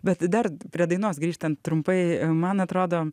bet dar prie dainos grįžtant trumpai man atrodo